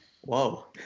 Whoa